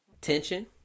Tension